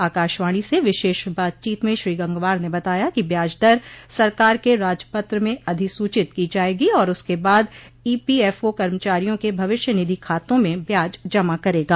आकाशवाणी से विशेष बातचीत में श्री गंगवार ने बताया कि ब्याज दर सरकार के राजपत्र में अधिसूचित की जाएगी और उसके बाद ईपीएफओ कर्मचारियों के भविष्य निधि खातों में ब्याज जमा करेगा